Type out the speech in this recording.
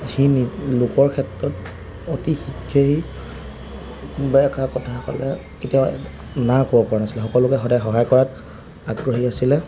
যিখিনি লোকৰ ক্ষেত্ৰত অতি শীঘ্ৰেই কোনোবা এষাৰ কথা ক'লে কেতিয়াও না ক'ব পৰা নাছিলে সকলোকে সদায় সহায় কৰাত আগ্ৰহী আছিলে